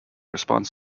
response